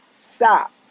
Stop